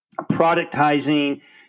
productizing